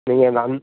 நீங்கள் நான் அந்த